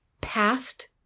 Past